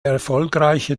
erfolgreiche